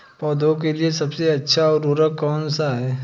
पौधों के लिए सबसे अच्छा उर्वरक कौन सा है?